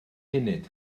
munud